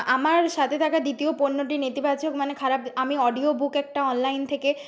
আমার সাথে থাকা দ্বিতীয় পণ্যটি নেতিবাচক মানে খারাপ আমি অডিও বুক একটা অনলাইন থেকে